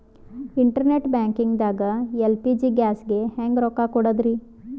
Internet banking ದಾಗ LPG ಗ್ಯಾಸ್ಗೆ ಹೆಂಗ್ ರೊಕ್ಕ ಕೊಡದ್ರಿ?